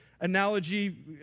analogy